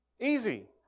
Easy